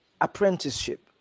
apprenticeship